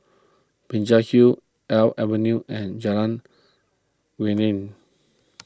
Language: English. Binjai Hill Alps Avenue and Jalan Geneng